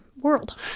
world